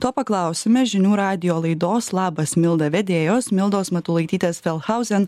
to paklausime žinių radijo laidos labas milda vedėjos mildos matulaitytės feldhausen